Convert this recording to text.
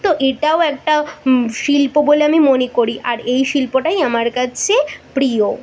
তো এটাও একটা শিল্প বলে আমি মনে করি আর এই শিল্পটাই আমার কাছে প্রিয়